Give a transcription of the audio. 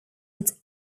its